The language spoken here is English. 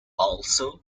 also